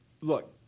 look